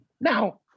Now